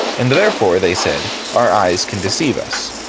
and therefore, they said, our eyes can deceive us.